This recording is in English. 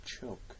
choke